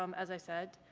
um as i said.